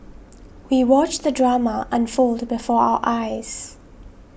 we watched the drama unfold before our eyes